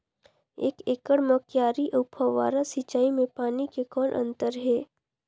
एक एकड़ म क्यारी अउ फव्वारा सिंचाई मे पानी के कौन अंतर हे?